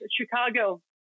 Chicago